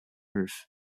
roof